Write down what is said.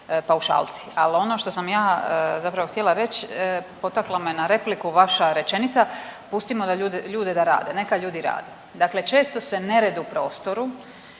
paušalci. Ali ono što sam ja zapravo htjela reći, potakla me na repliku vaša rečenica, pustimo ljude da rade, neka ljudi rade. Dakle, često se nered u prostoru,